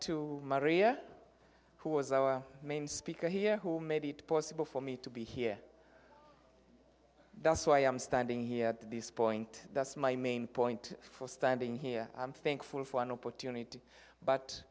to maria who was our main speaker here who made it possible for me to be here that's why i'm standing here at this point that's my main point for standing here i'm thankful for an opportunity but